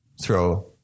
Throw